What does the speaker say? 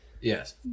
yes